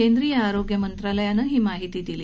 केंद्रीय आरोग्य मंत्रालयानं ही माहिती दिली